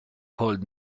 called